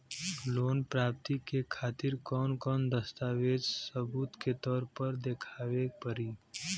Loan प्राप्ति के खातिर कौन कौन दस्तावेज सबूत के तौर पर देखावे परी?